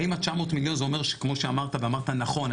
האם ה-900 מיליון זה אומר שכמו שאמרת ואמרת נכון,